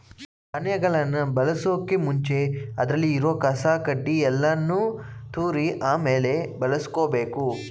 ಧಾನ್ಯಗಳನ್ ಬಳಸೋಕು ಮುಂಚೆ ಅದ್ರಲ್ಲಿ ಇರೋ ಕಸ ಕಡ್ಡಿ ಯಲ್ಲಾನು ತೂರಿ ಆಮೇಲೆ ಬಳುಸ್ಕೊಬೇಕು